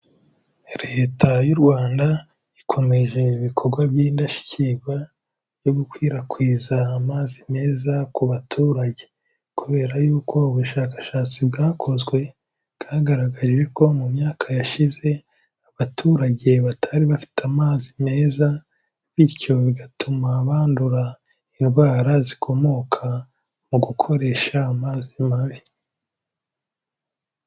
Leta y'u Rwanda ikomeje ibikorwa by'indashyikirwa byo gukwirakwiza amazi meza ku baturage, kubera y'uko ubushakashatsi bwakozwe bwagaragaje ko mu myaka yashize abaturage batari bafite amazi meza, bityo bigatuma bandura indwara zikomoka mu gukoresha amazi mabi.